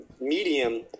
medium